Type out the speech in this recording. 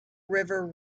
river